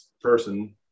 person